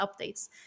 updates